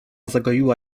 zagoiła